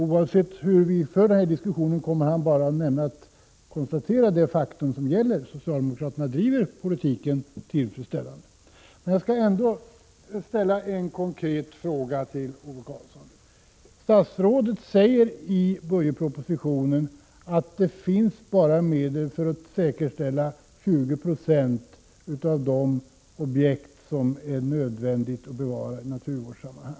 Oavsett hur vi för den här diskussionen kommer han bara att konstatera det faktum som gäller, nämligen att socialdemokraterna driver en tillfredsställande politik. Jag vill ändå ställa en konkret fråga till Ove Karlsson: Statsrådet säger i budgetpropositionen att det bara finns medel för att säkerställa 20 926 av de objekt som det är nödvändigt att bevara i naturvårdssammanhang.